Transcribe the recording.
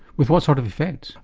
with what sort of affect?